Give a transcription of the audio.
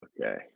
Okay